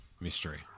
mystery